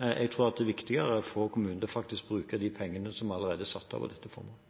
Jeg tror det er viktigere for kommunene faktisk å bruke de pengene som allerede er satt av til dette formålet.